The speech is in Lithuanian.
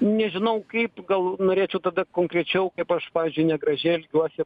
nežinau kaip gal norėčiau tada konkrečiau kaip aš pavyzdžiui negražiai elgiuosi